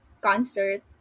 concert